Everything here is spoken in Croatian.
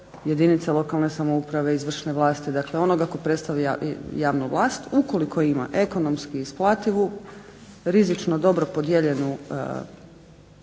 jedinice lokalne samouprave i izvršne vlasti dakle onoga tko predstavlja javnu vlast ukoliko ima ekonomski isplativu, rizično dobro podijeljenu